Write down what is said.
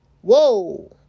whoa